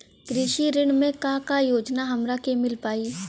कृषि ऋण मे का का योजना हमरा के मिल पाई?